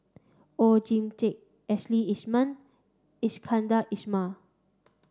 Oon Jin Teik Ashley Isham Iskandar Ismail